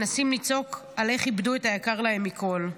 מנסים לצעוק איך איבדו את היקר להם מכול,